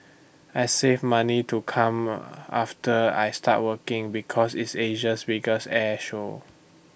I saved money to come after I started working because it's Asia's biggest air show